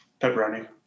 pepperoni